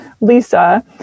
Lisa